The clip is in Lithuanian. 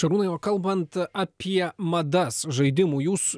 šarūnai o kalbant apie madas žaidimų jūs